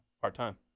Part-time